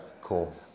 cool